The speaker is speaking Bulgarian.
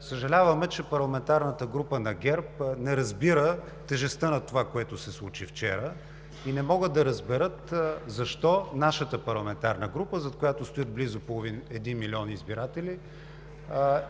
Съжаляваме, че парламентарната група на ГЕРБ не разбира тежестта на това, което се случи вчера, и не могат да разберат защо нашата парламентарна група, зад която стоят близо един милион избиратели,